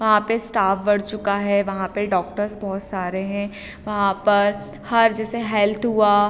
वहाँ पे स्टाफ़ बढ़ चुका है वहाँ पे डॉक्टर्ज़ बहुत सारे हैं वहाँ पर हर जैसे हैल्थ हुआ